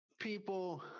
people